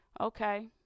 Okay